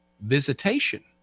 visitation